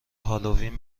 هالوین